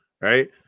right